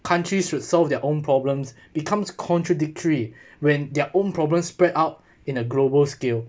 countries would solve their own problems becomes contradictory when their own problem spread out in a global scale